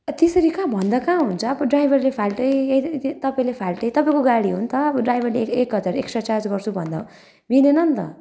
त्यसरी कहाँ भन्दा कहाँ हुन्छ अब ड्राइभरले फाल्टै के अरे त्यो तपाईँले फाल्टै तपाईँको गाडी हो नि त ड्राइभरले एक हजार एक्स्ट्रा चार्ज गर्छु भन्दा मिलेन नि त